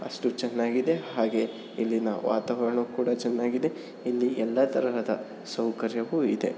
ಅಷ್ಟು ಚೆನ್ನಾಗಿದೆ ಹಾಗೆಯೇ ಇಲ್ಲಿನ ವಾತಾವರಣ ಕೂಡ ಚೆನ್ನಾಗಿದೆ ಇಲ್ಲಿ ಎಲ್ಲ ತರಹದ ಸೌಕರ್ಯವೂ ಇದೆ